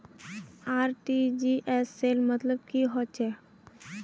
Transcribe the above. RTGS cell मतलब की होचए?